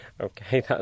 Okay